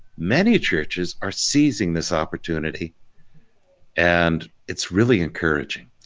many churches are seizing this opportunity and it's really encouraging.